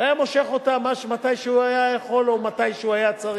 והיה מושך אותו כשהוא היה יכול או כשהוא היה צריך.